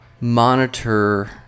monitor